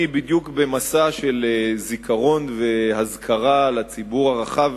אני בדיוק במסע של זיכרון והזכרה לציבור הרחב,